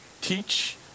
teach